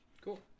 cool